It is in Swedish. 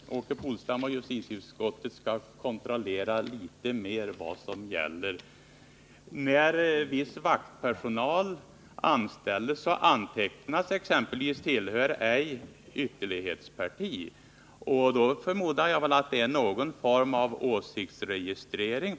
Fru talman! Jag tycker att Åke Polstam och justitieutskottet skall kontrollera litet mer noggrant vad som gäller. När viss vaktpersonal anställs antecknas exempelvis ”tillhör ej ytterlighetsparti”. Jag förmodar att det är någon form av åsiktsregistrering.